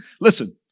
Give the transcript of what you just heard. listen